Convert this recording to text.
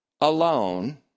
alone